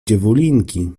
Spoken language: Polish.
dziewulinki